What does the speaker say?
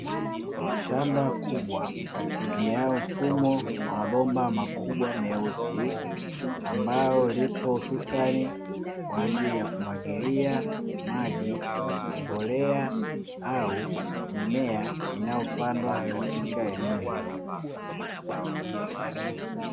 Shamba kubwa litumialo mfumo wa mabomba makubwa meusi, ambalo lipo hususani kwaajili ya kumwagilia maji, mbolea au mimea inayopandwa katika eneo hilo .